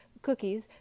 cookies